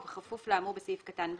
ובכפוף לאמור בסעיף קטן (ב):